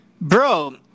bro